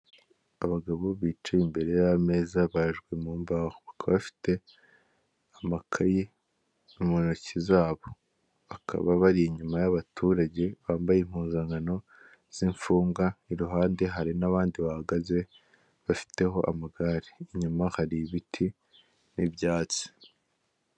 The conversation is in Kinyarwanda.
Abagabo bicaye imbere y'ameza abajwe mu mbaho kuko bafite amakayi mu ntoki zabo, bakaba bari inyuma y'abaturage bambaye impuzankano z'imfugwa, iruhande hari n'abandi bahagaze bafiteho amagare inyuma hari ibiti n'ibyatsi.